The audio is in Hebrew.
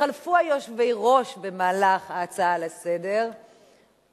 התחלפו יושבי-הראש במהלך ההצעה לסדר-היום,